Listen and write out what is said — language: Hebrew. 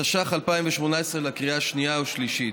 התשע"ח 2018, לקריאה שנייה ושלישית.